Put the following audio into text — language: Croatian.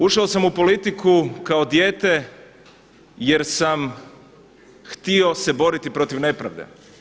Ušao sam u politiku kao dijete jer sam htio se boriti protiv nepravde.